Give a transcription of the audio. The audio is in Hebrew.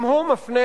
גם הוא מפנה,